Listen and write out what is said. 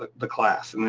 the class, and then